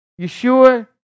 Yeshua